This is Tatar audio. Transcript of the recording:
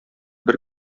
бер